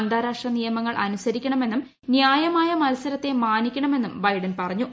അന്താരാഷ്ട്ര നിയമങ്ങൾ അനുസരിക്കണമെന്നും ന്യായമായ മത്സരത്തെ മാനിക്കണമെന്നും ബൈഡൻ പറഞ്ഞു